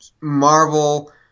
Marvel